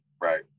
Right